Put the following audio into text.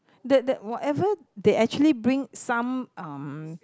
that that whatever they actually bring some um